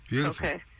Okay